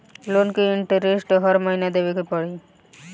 Loan के interest हर महीना देवे के पड़ी?